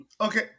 Okay